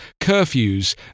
curfews